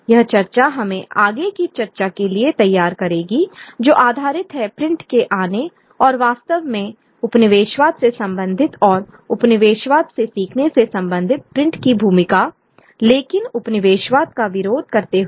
यह चर्चा हमें आगे की चर्चा के लिए तैयार करेगी जो आधारित है प्रिंट के आने और वास्तव में उपनिवेशवाद से संबंधित और उपनिवेशवाद से सीखने से संबंधित प्रिंट की भूमिका लेकिन उपनिवेशवाद का विरोध करते हुए